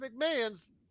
McMahon's